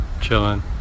chilling